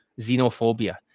xenophobia